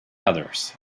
others